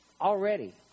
already